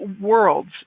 worlds